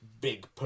big